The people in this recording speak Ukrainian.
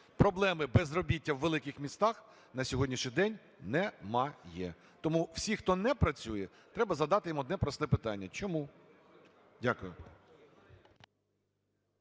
Проблеми безробіття в великих містах на сьогоднішній день немає. Тому всі, хто не працює, треба задати їм одне просте питання: чому? Дякую.